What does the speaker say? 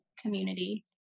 community